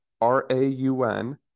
R-A-U-N